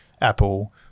Apple